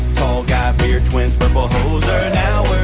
tall guy, beard, twins, purple hoser, are now we're